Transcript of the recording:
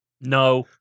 No